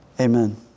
Amen